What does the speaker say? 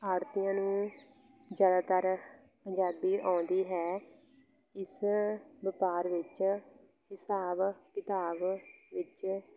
ਆੜ੍ਹਤੀਆਂ ਨੂੰ ਜ਼ਿਆਦਾਤਰ ਪੰਜਾਬੀ ਆਉਂਦੀ ਹੈ ਇਸ ਵਪਾਰ ਵਿੱਚ ਹਿਸਾਬ ਕਿਤਾਬ ਵਿੱਚ